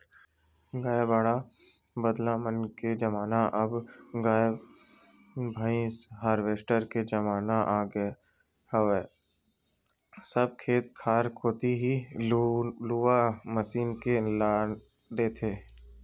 गाड़ा बदला मन के जमाना अब गय भाई हारवेस्टर के जमाना आगे हवय सब खेत खार कोती ही लुवा मिसा के लान देथे